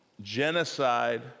genocide